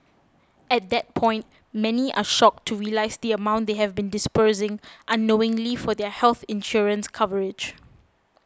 at that point many are shocked to realise the amount they have been disbursing unknowingly for their health insurance coverage